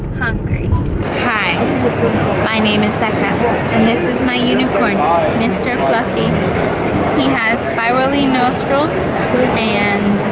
hungry hi my name is becca and this is my unicorn mr fluffy he has spirally nostrils and